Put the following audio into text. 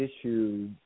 issue